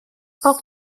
auch